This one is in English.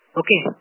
okay